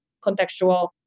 contextual